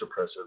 suppressive